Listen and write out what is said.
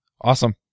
Awesome